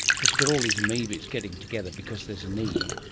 because you've got all these amoebae getting together because there's a need,